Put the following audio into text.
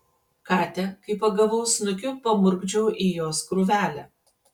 katę kai pagavau snukiu pamurkdžiau į jos krūvelę